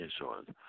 insurance